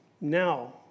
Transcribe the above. now